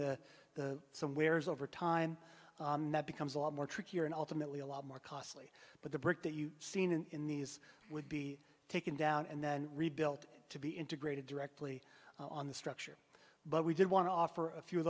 seen the somewhere's over time and that becomes a lot more trickier and ultimately a lot more costly but the brick that you've seen in these would be taken down and rebuilt to be integrated directly on the structure but we did want to offer a few of